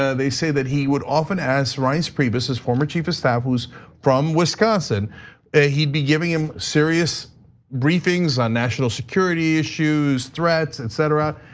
ah they say that he would often as ryan's previous former chief of staff who's from wisconsin, and he'd be giving him serious briefings on national security issues, threats, etc.